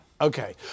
okay